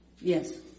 Yes